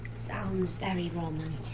sounds very